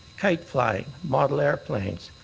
kite-flying, model airplanes,